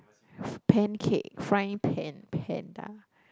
pancake frying pan panda